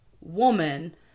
woman